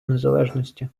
незалежності